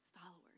followers